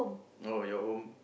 oh your home